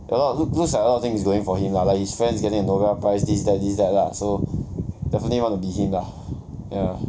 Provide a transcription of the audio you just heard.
like what loo~ looks like a lot of things is going for him lah like his friends getting a nobel prize this that this that lah so definitely want to be him lah ya